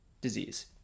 disease